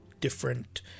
different